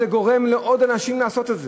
זה גורם לעוד אנשים לעשות את זה.